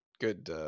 good